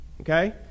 okay